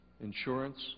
insurance